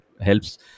helps